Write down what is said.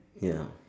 ya